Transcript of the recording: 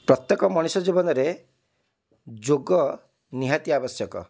ପ୍ରତ୍ୟେକ ମଣିଷ ଜୀବନରେ ଯୋଗ ନିହାତି ଆବଶ୍ୟକ